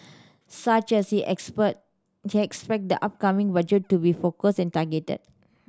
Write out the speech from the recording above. such as he expert he expect the upcoming budget to be focused and targeted